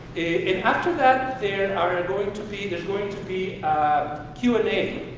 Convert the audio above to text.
and after that, there are ah going to be, there's going to be q and a.